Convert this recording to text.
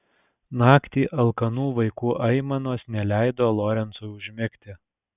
naktį alkanų vaikų aimanos neleido lorencui užmigti